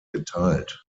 geteilt